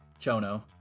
Chono